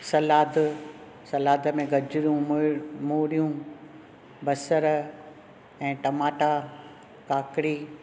सलादु सलाद में गजरूं मूरियूं बसर ऐं टमाटा ककड़ी